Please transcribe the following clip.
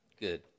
Good